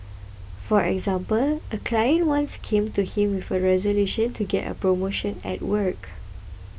for example a client once came to him with a resolution to get a promotion at work